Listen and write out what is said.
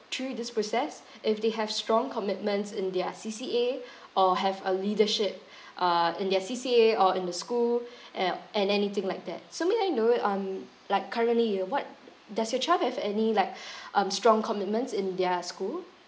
through this process if they have strong commitments in their C_C_A or have a leadership uh in their C_C_A or in the school and anything like that so may I know um like currently you know what does your child have any like um strong commitments in their school